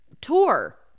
tour